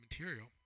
material